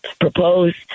propose